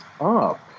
up